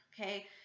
okay